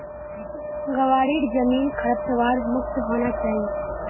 ग्वारेर जमीन खरपतवार मुक्त होना चाई